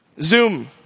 Zoom